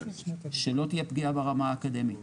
שלא תהיה פגיעה ברמה האקדמית,